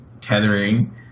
tethering